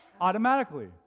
automatically